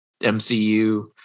MCU